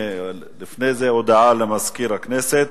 הודעה למזכיר הכנסת,